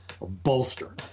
Bolster